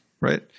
right